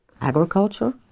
Agriculture